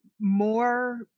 more